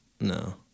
No